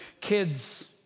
Kids